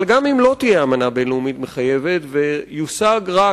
אבל גם אם לא תהיה אמנה בין-לאומית מחייבת ויושג רק,